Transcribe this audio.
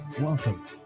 welcome